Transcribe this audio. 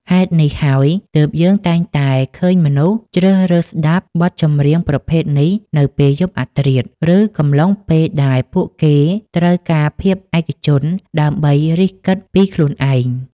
ហេតុនេះហើយ ទើបយើងតែងតែឃើញមនុស្សជ្រើសរើសស្ដាប់បទចម្រៀងប្រភេទនេះនៅពេលយប់អាធ្រាត្រ ឬក្នុងកំឡុងពេលដែលពួកគេត្រូវការភាពឯកជនដើម្បីរិះគិតពីខ្លួនឯង។